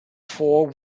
four